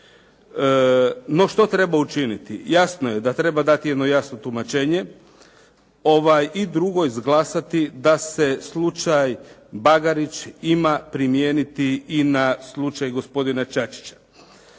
No, što treba učiniti? Jasno je da treba dati jedno jasno tumačenje i drugo, izglasati da se slučaj Bagarić ima primijeniti i na slučaj gospodine Čačića.